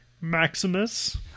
Maximus